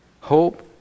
Hope